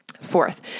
Fourth